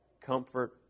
comfort